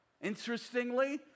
Interestingly